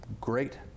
great